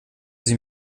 sie